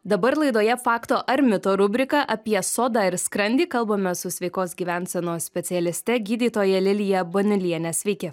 dabar laidoje fakto ar mito rubrika apie sodą ir skrandį kalbamės su sveikos gyvensenos specialiste gydytoja lilija banelienė sveiki